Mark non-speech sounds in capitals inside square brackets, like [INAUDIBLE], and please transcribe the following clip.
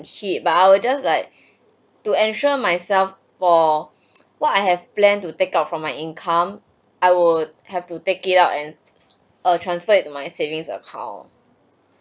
but I just like to ensure myself for [NOISE] what I have plan to take out from my income I would have to take it out and err transfer it to my savings account